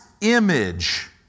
image